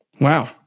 Wow